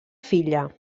filla